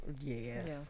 Yes